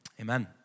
amen